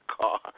car